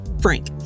Frank